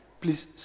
Please